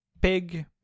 pig